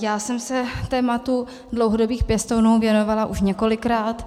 Já jsem se tématu dlouhodobých pěstounů věnovala už několikrát.